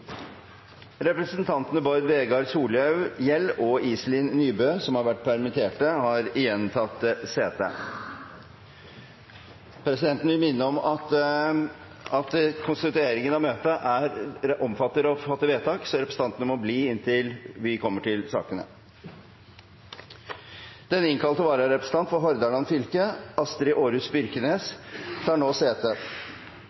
Representantene påhørte stående presidentens minnetale. Representantene Bård Vegar Solhjell og Iselin Nybø, som har vært permitterte, har igjen tatt sete. Den innkalte vararepresentant for Hordaland fylke,